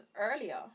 earlier